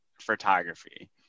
photography